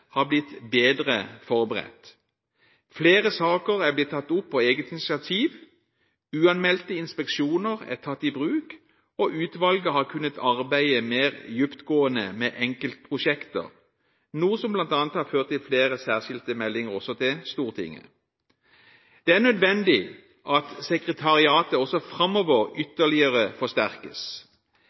har blitt bedre forberedt. Flere saker har blitt tatt opp på eget initiativ, uanmeldte inspeksjoner har blitt tatt i bruk og utvalget har kunnet arbeide mer dyptgående med enkeltprosjekter – noe som bl.a. har ført til flere særskilte meldinger også til Stortinget. Det er nødvendig at sekretariatet også framover ytterligere forsterkes